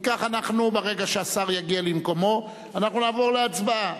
אם כך, ברגע שהשר יגיע למקומו אנחנו נעבור להצבעה.